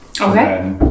Okay